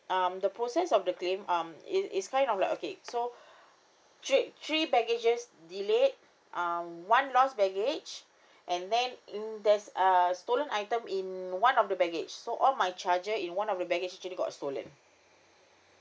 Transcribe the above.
um the process of the claim um it~ it's kind of like okay so three three baggages delayed uh one lost baggage and then hmm there's uh stolen item in one of the baggage so all my charger in one of the baggage actually got stolen